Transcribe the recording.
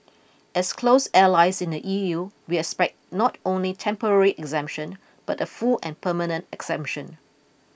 as close allies in the E U we expect not only temporary exemption but a full and permanent exemption